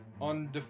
On